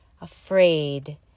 afraid